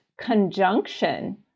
Conjunction